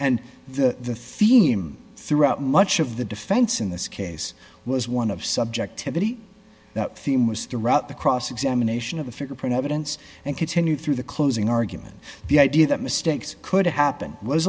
and the theme throughout much of the defense in this case was one of subjectivity that theme was the route the cross examination of the fingerprint evidence and continued through the closing argument the idea that mistakes could happen was